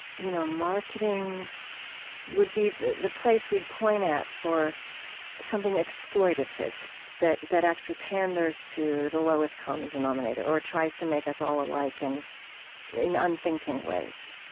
you know marketing would be the the place we'd point at for something exploitative that that actually panders to the lowest common denominator, or tries to make us all alike and in unthinking ways